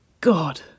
God